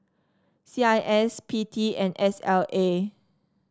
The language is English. C I S P T and S L A